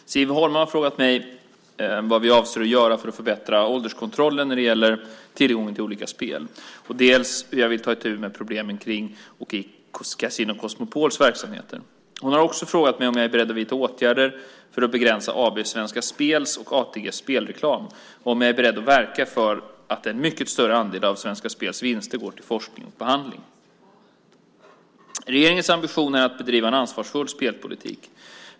Herr talman! Siv Holma har frågat mig vad jag avser att göra för att förbättra ålderskontrollen när det gäller tillgång till olika spel och hur jag vill ta itu med problemen kring och i Casino Cosmopols verksamheter. Hon har också frågat mig om jag är beredd att vidta åtgärder för att begränsa AB Svenska Spels och ATG:s spelreklam och om jag är beredd att verka för att en mycket större andel av Svenska Spels vinster går till forskning och behandling. Regeringens ambition är att bedriva en ansvarsfull spelpolitik.